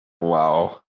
Wow